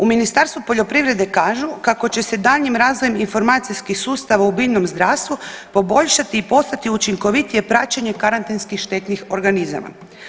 U Ministarstvu poljoprivrede kažu kako će se daljnjim razvojem informacijskih sustava u biljnom zdravstvu poboljšati i postati učinkovitije praćenje karantenskih štetnih organizama.